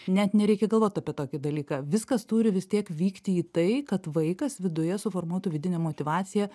net nereikia galvot apie tokį dalyką viskas turi vis tiek vykti į tai kad vaikas viduje suformuotų vidinę motyvaciją